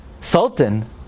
Sultan